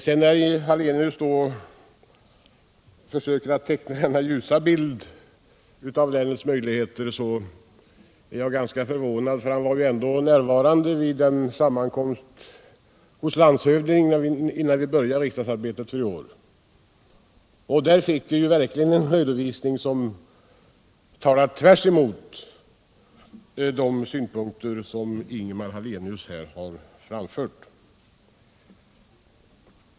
När Ingemar Hallenius försöker teckna denna ljus bild av länets möjligheter, är jag ganska förvånad, eftersom han ändå var närvarande vid den sammankomst vi hade hos landshövdingen innan vi började riksdagsarbetet i år. Där fick vi verkligen en redovisning som talade tvärtemot de synpunkter som Ingemar Hallenius här har framfört.